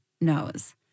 knows